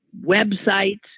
websites